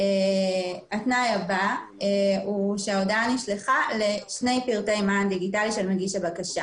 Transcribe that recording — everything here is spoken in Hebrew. התנאי הבא הוא שההודעה נשלחה לשני פרטי מען דיגיטלי של מגיש הבקשה.